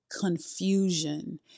Confusion